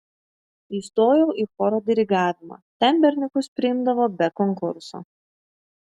įstojau į choro dirigavimą ten berniukus priimdavo be konkurso